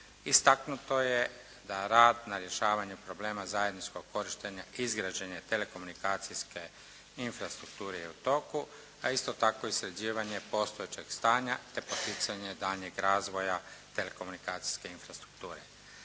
Istaknuto je da rad na rješavanju problema zajedničkog korištenja izgrađenja telekomunikacijske infrastrukture je u toku, a isto tako i sređivanje postojećeg stanja te poticanje daljnjeg razvoja telekomunikacijske infrastrukture.